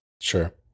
Sure